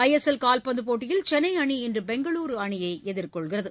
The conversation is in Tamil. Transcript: ஐ எஸ் எல் கால்பந்து போட்டியில் சென்னை அணி இன்று பெங்களூரு அணியை எதிர்கொள்கிறது